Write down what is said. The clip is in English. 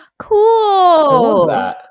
cool